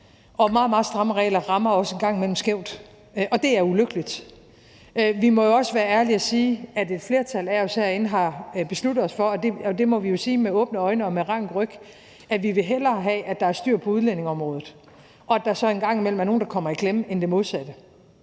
meget stramme regler rammer også en gang imellem skævt, og det er ulykkeligt. Vi må jo også være ærlige og sige, at et flertal af os herinde har besluttet os for – og det må vi sige med åbne øjne og med rank ryg – at vi hellere vil have, at der er styr på udlændingeområdet, og at der så en gang imellem er nogle, der kommer i klemme, end det modsatte.